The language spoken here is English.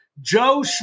Joe